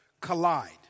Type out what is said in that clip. collide